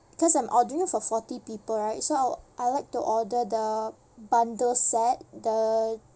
because I'm ordering for forty people right so I'll I'll like to order the bundle set the